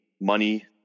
money